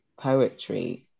poetry